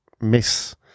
miss